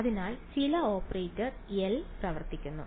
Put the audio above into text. അതിനാൽ ചില operator L പ്രവർത്തിക്കുന്നു